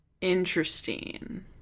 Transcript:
Interesting